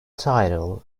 title